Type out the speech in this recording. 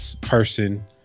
person